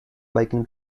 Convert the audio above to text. biking